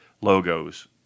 logos